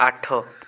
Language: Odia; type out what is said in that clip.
ଆଠ